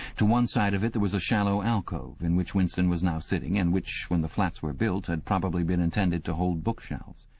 to one side of it there was a shallow alcove in which winston was now sitting, and which, when the flats were built, had probably been intended to hold bookshelves.